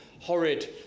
horrid